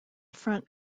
front